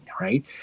right